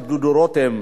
דודו רותם,